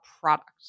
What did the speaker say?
product